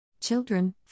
Children